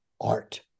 art